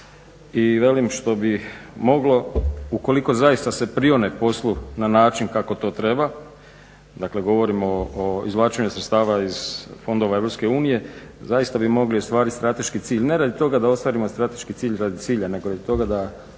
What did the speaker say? i velim što bi moglo ukoliko zaista se prione poslu na način kako to treba, dakle govorimo o izvlačenju sredstava iz Fondova EU, zaista bi mogli ostvariti strateški cilj ne radi toga da ostvarimo strateški cilj radi cilja nego radi toga da